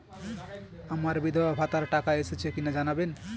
আমার বিধবাভাতার টাকা এসেছে কিনা জানাবেন?